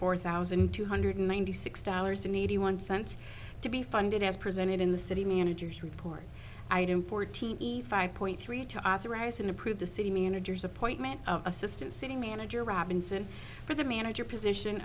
four thousand two hundred ninety six dollars and eighty one cents to be funded as presented in the city managers report item for team five point three to authorize and approved the city managers appointment assistant city manager robinson for the manager position